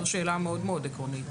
זו שאלה מאוד עקרונית.